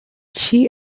she